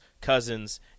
Cousins